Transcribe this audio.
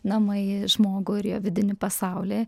namai žmogų ir jo vidinį pasaulį